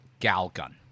Galgun